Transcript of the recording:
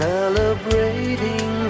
Celebrating